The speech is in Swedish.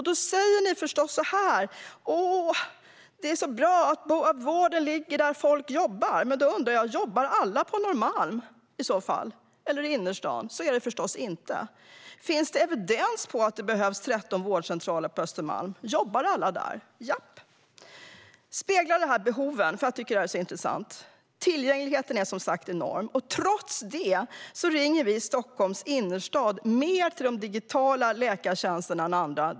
Då säger ni förstås: Åh, det är så bra att vården ligger där folk jobbar. Men då undrar jag: Jobbar alla på Norrmalm eller i innerstaden? Så är det förstås inte. Finns det evidens för att det behövs 13 vårdcentraler på Östermalm? Jobbar alla där? Speglar detta behoven? Jag tycker att det är intressant. Tillgängligheten är som sagt enorm. Trots det ringer vi i Stockholms innerstad mer till de digitala läkartjänsterna än andra.